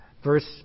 Verse